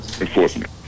enforcement